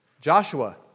Joshua